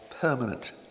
permanent